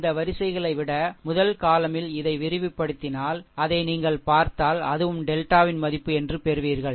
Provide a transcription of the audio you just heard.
இந்த வரிசைகளை விட முதல் column யில் இதை விரிவுபடுத்தினால் அதை நீங்கள் பார்த்தால் அதுவும் டெல்டாவின் மதிப்பு என்று பெறுவீர்கள்